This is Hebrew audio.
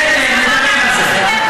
את רוצה לדבר על שטריימל.